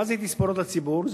מה זה תספורות לציבור?